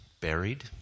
buried